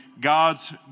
God's